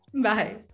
Bye